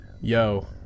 Yo